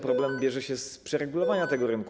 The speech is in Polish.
Problem bierze się z przeregulowania rynku.